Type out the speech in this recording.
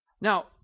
now